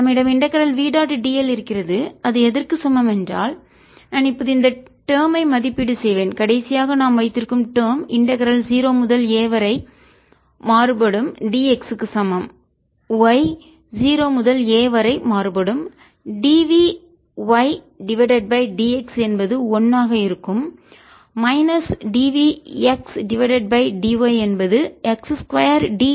நம்மிடம் integral v dot dl இருக்கிறது அது எதற்கு சமம் என்றால் நான் இப்போது இந்த டேர்ம் ஐ மதிப்பீடு செய்வேன் கடைசியாக நாம் வைத்திருக்கும் டேர்ம் இன்டகரல் 0 முதல் a வரை மாறுபடும் dx க்கு சமம் y 0 முதல் a வரை மாறுபடும் dvy டிவைடட் பை dx என்பது 1 ஆக இருக்கும் minus dvx divided by dy என்பது x 2 dy ஆக இருக்கும்